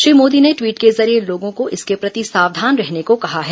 श्री मोदी ने टवीट के जरिए लोगों को इसके प्रति सावधान रहने को कहा है